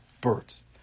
birds